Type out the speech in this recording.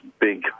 big